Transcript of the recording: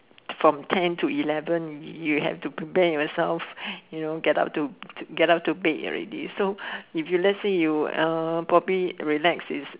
from ten to eleven you have to prepare yourself you know get up to get up to bed already so if you let's say you uh probably relax is